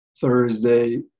Thursday